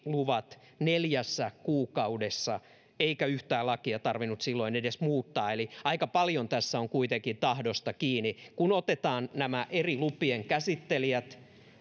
luvat neljässä kuukaudessa eikä yhtään lakia tarvinnut silloin edes muuttaa eli aika paljon tässä on kuitenkin tahdosta kiinni kun otetaan nämä eri lupien käsittelijät